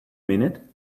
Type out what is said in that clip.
minute